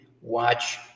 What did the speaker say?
watch